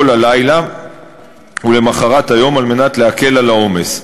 הלילה ולמחרת היום על מנת להקל את העומס.